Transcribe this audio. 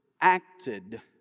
acted